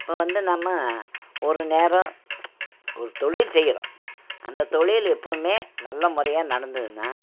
இப்போ வந்து நம்ம ஒரு நேரம் ஒரு தொழில் செய்கிறோம் அந்த தொழில் எப்போதுமே நல்ல முறையாக நடந்ததுன்னால்